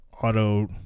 auto